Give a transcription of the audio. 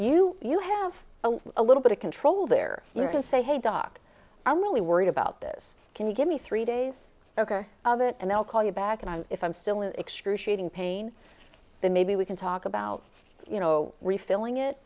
you you have a little bit of control there you can say hey doc i'm really worried about this can you give me three days ok of it and they'll call you back and if i'm still in excruciating pain then maybe we can talk about you know refilling it